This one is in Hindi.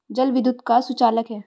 जल विद्युत का सुचालक है